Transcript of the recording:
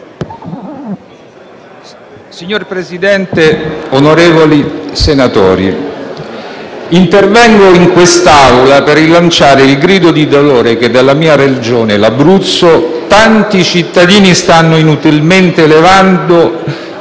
Signor Presidente, onorevoli senatori, intervengo in quest'Aula per rilanciare il grido di dolore che dalla mia Regione, l'Abruzzo, tanti cittadini stanno inutilmente elevando